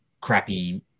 crappy